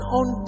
on